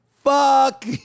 Fuck